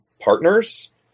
partners